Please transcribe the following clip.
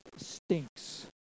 stinks